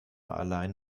allein